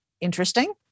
interesting